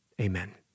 Amen